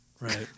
Right